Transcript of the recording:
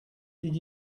did